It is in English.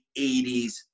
80s